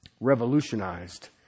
revolutionized